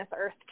earth